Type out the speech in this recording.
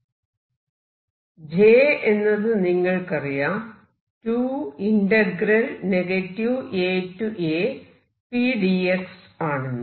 J എന്നത് നിങ്ങൾക്കറിയാം 2 AApdx ആണെന്ന്